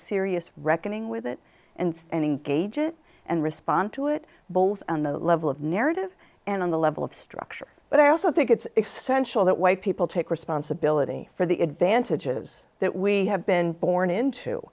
serious reckoning with it and engage it and respond to it both on the level of narrative and on the level of structure but i also think it's essential that white people take responsibility for the advantages that we have been born into